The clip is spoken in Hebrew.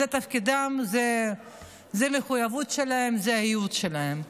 זה תפקידם, זו המחויבות שלהם, זה הייעוד שלהם.